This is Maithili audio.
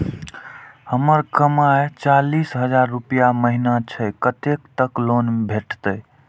हमर कमाय चालीस हजार रूपया महिना छै कतैक तक लोन भेटते?